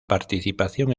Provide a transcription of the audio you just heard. participación